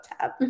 tab